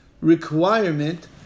requirement